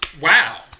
Wow